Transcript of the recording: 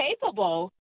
capable